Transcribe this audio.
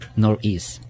northeast